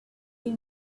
you